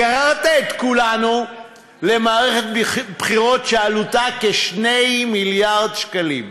גררת את כולנו למערכת בחירות שעלותה כ-2 מיליארד שקלים.